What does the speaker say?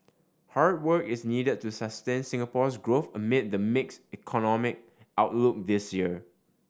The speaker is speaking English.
hard work is needed to sustain Singapore's growth amid the mixed economic outlook this year